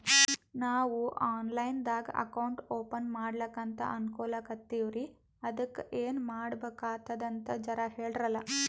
ನಾವು online ದಾಗ account open ಮಾಡ್ಲಕಂತ ಅನ್ಕೋಲತ್ತೀವ್ರಿ ಅದಕ್ಕ ಏನ ಮಾಡಬಕಾತದಂತ ಜರ ಹೇಳ್ರಲ?